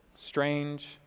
strange